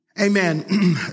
Amen